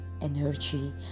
energy